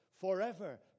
forever